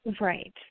Right